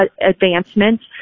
advancements